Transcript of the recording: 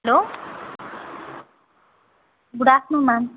hello good afternoon ma'am